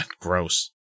gross